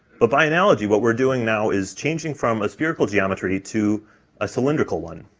but by analogy, what we're doing now is changing from a spherical geometry to a cylindrical one.